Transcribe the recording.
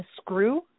screw